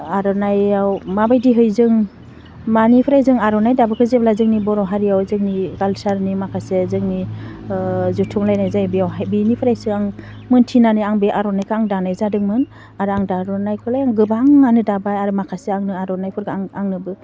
आर'नाइयाव माबायदिहै जों मानिफ्राय जों आर'नाइ दाबोखो जेब्ला जोंनि बर' हारियाव जोंनि कालसारनि माखासे जोंनि ओह जथुमलायनाय जायो बेयावहाय बेनिफ्रायसो आं मोनथिनानै आं बे आर'नायखौ आं दानाय जादोंमोन आरो आं दाबोनायखौलाय गोबाङानो दाबाय आरो माखासे आंनो आर'नाइफोरखौ आं आंनोबो